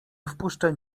wpuszczę